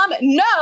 No